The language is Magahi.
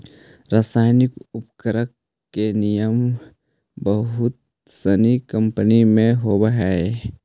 रसायनिक उर्वरक के निर्माण बहुत सनी कम्पनी में होवऽ हई